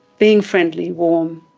being friendly, warm,